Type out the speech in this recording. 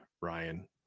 Ryan